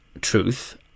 truth